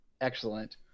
excellent